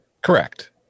Correct